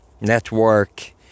network